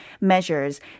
measures